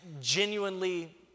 genuinely